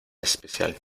especial